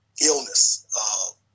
illness